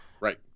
Right